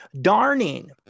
Darning